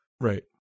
Right